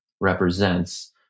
represents